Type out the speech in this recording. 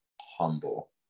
humble